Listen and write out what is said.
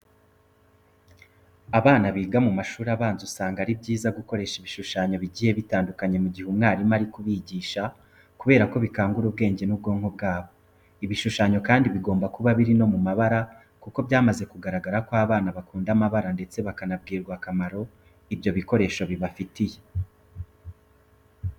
Abana biga mu mashuri abanza usanga ari byiza gukoresha ibishushanyo bigiye bitandukanye mu gihe umwarimu ari kubigisha kubera ko bikangura ubwenge n'ubwonko bwabo. Ibishushanyo kandi bigomba kuba biri no mu mabara kuko byamaze kugaragara ko abana bakunda amabara ndetse bakanabwirwa akamaro ibyo bikoresho bibafitiye.